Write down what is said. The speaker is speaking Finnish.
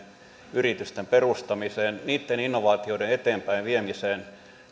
yritysten perustamiseen niitten innovaatioiden eteenpäinviemiseen